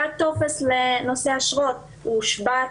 היה טופס לנושא אשרות הוא הושבת.